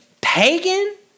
pagan